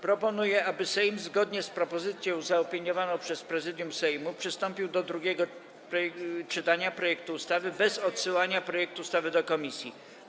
Proponuję, aby Sejm zgodnie z propozycją zaopiniowaną przez Prezydium Sejmu przystąpił do drugiego czytania projektu ustawy bez odsyłania projektu ustawy do komisji.